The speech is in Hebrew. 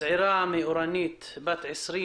צעירה מאורנית בת 22